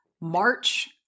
March